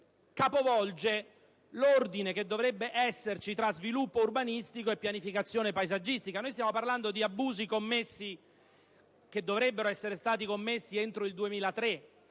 capovolge l'ordine che dovrebbe esserci tra sviluppo urbanistico e pianificazione paesaggistica. Noi stiamo parlando di abusi che dovrebbero essere stati commessi entro il 2003,